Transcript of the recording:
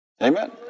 Amen